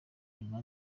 imanza